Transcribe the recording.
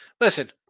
Listen